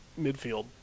midfield